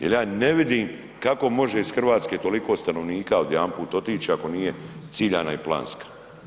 Ja ne vidim kako može iz Hrvatske toliko stanovnika odjedanput otići, ako nije ciljana i planska.